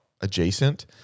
adjacent